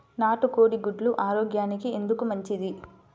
నాటు కోడి గుడ్లు ఆరోగ్యానికి ఎందుకు మంచిది?